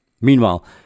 Meanwhile